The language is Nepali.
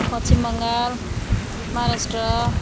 पश्चिम बङ्गाल महाराष्ट्र